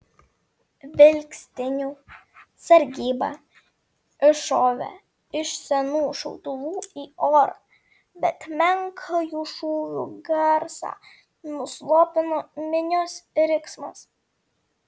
vilkstinių sargyba iššovė iš senų šautuvų į orą bet menką jų šūvių garsą nuslopino minios riksmas